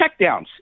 checkdowns